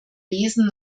wesen